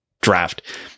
draft